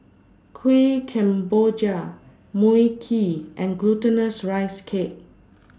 Kuih Kemboja Mui Kee and Glutinous Rice Cake